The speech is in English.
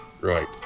Right